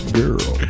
girl